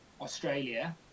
Australia